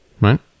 right